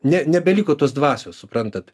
ne nebeliko tos dvasios suprantat